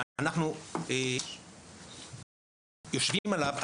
שאנחנו יושבים עליו,